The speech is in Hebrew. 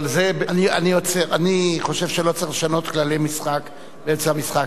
אני חושב שלא צריך לשנות כללי משחק באמצע המשחק,